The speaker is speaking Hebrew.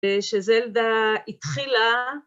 שזלדה התחילה...